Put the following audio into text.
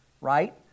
right